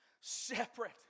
separate